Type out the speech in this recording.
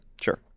Sure